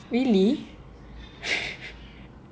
really